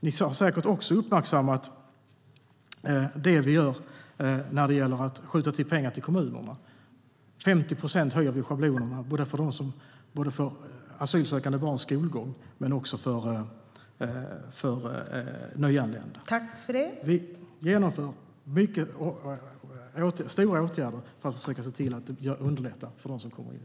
Ni har säkert också uppmärksammat att vi skjuter till pengar till kommunerna. 50 procent höjer vi schablonerna för asylsökande barns skolgång men också för nyanlända. Vi vidtar kraftiga åtgärder för att försöka underlätta för dem som kommer hit.